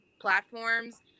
platforms